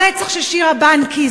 הרצח של שירה בנקי,